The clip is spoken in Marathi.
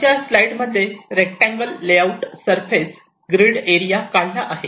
वरच्या स्लाईड मध्ये rectangles layout surface grid area काढला आहे